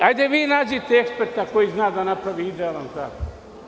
Hajde vi nađite eksperta koji zna da napravi idealan zakon.